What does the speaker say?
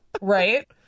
right